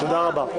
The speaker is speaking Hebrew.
תודה רבה.